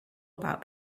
about